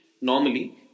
normally